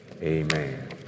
amen